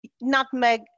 Nutmeg